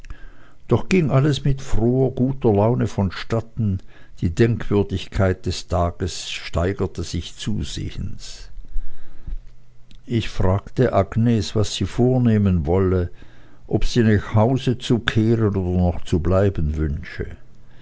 doch ging alles mit froher und guter laune vonstatten die denkwürdigkeit des tages steigerte sich zusehends ich fragte agnes was sie vornehmen wolle ob sie nach hause zu kehren oder noch zu bleiben wünsche